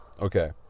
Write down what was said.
Okay